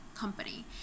company